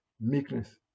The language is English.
meekness